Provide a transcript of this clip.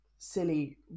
Silly